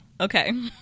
Okay